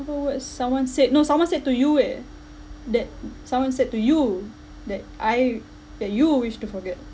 hurtful words someone said no someone said to you eh that someone said to you that I that you wish to forget